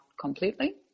completely